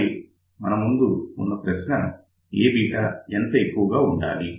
మరి మన ముందు ఉన్న ప్రశ్న Aβ ఎంత ఎక్కువగా ఉండాలి